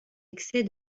excès